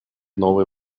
новые